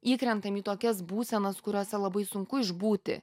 įkrentam į tokias būsenas kuriose labai sunku išbūti